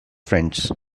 friends